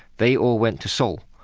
they all went to seoul,